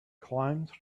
climbed